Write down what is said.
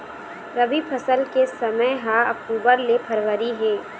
रबी फसल के समय ह अक्टूबर ले फरवरी हे